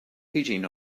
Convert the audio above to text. heating